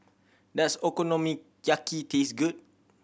does Okonomiyaki taste good